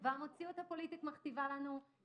ואם פעם חלמנו על בית ספר של החופש הגדול,